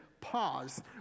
pause